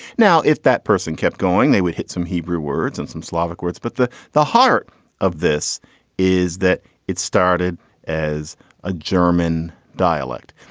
now, if that person kept going, they would hit some hebrew words and some slavic words. but the the heart of this is that it started as a german dialect.